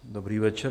Dobrý večer.